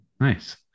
nice